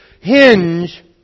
hinge